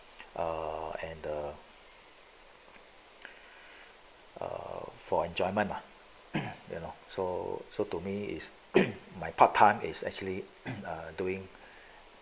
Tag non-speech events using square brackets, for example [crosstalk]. uh and the err for enjoyment ah but ya lor so so to me is [coughs] my part-time is actually err doing